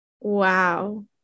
Wow